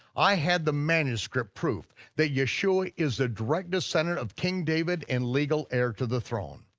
i had the manuscript proof that yeshua is the direct descendant of king david and legal heir to the throne.